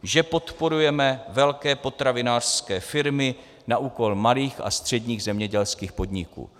Že podporujeme velké potravinářské firmy na úkor malých a středních zemědělských podniků.